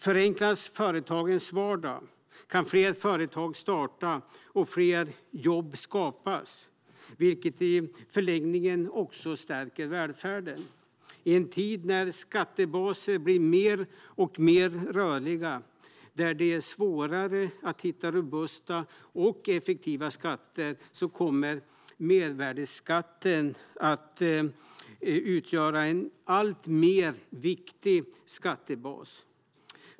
Förenklas företagens vardag kan fler företag startas och fler jobb skapas, vilket i förlängningen också stärker välfärden. I en tid där skattebaser blir mer och mer rörliga och där det blir svårare att hitta robusta och effektiva skatter kommer mervärdesskatten att utgöra en allt viktigare skattebas.